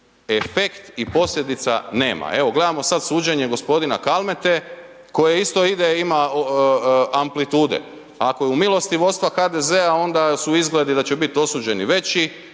efekt i posljedica nema. Evo gledamo sad suđenje gospodina Kalmete koje isto ide, ima amplitude, ako je u milosti vodstva HDZ-a onda su izgledi da će biti osuđeni veći,